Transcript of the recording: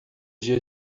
dia